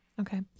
Okay